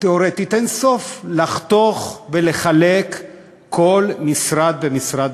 תיאורטית אין-סוף פעמים לחתוך ולחלק כל משרד במשרד,